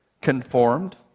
conformed